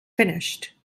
finished